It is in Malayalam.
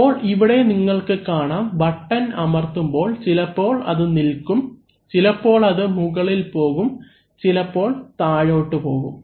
അപ്പോൾ ഇവിടെ നിങ്ങൾക്ക് കാണാം ബട്ടൺ അമർത്തുമ്പോൾ ചിലപ്പോൾ അത് നിൽക്കും ചിലപ്പോൾ അത് മുകളിൽ പോകും ചിലപ്പോൾ താഴോട്ട് പോകും